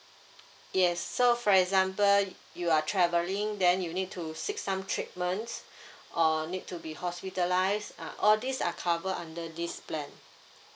yes so for example you are travelling then you need to seek some treatments or need to be hospitalised uh all these are covered under this plan